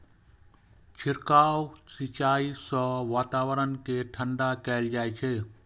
छिड़काव सिंचाइ सं वातावरण कें ठंढा कैल जाइ छै